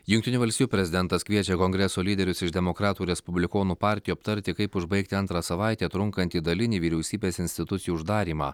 jungtinių valstijų prezidentas kviečia kongreso lyderius iš demokratų respublikonų partijų aptarti kaip užbaigti antrą savaitę trunkantį dalinį vyriausybės institucijų uždarymą